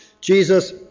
Jesus